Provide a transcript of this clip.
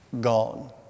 gone